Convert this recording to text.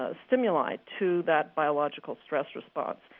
ah stimuli to that biological stress response.